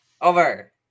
Over